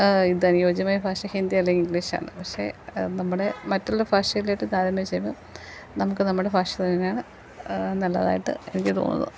ഇതനുയോജ്യമായ ഭാഷ ഹിന്ദിയല്ല ഇംഗ്ലീഷാണ് പക്ഷെ നമ്മുടെ മറ്റുള്ള ഭാഷയിലോട്ട് താരതമ്യം ചെയ്യുമ്പോൾ നമുക്ക് നമ്മുടെ ഭാഷ തന്നെയാണ് നല്ലതായിട്ട് എനിക്ക് തോന്നുന്നത്